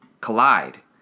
collide